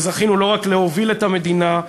וזכינו לא רק להוביל את המדינה,